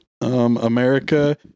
America